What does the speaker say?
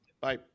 Bye